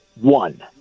One